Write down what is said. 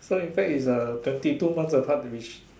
so in fact is uh twenty months apart which